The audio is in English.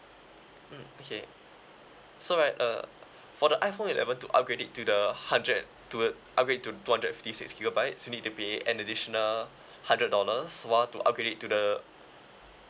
mm okay so right uh for the iphone eleven to upgrade it to the hundred and toward upgrade to two hundred and fifty six gigabytes you need to pay an additional hundred dollars while to upgrade it to the